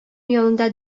янында